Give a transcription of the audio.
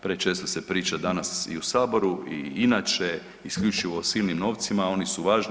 Prečesto se priča danas i u Saboru i inače isključivo silnim novcima, oni su važni.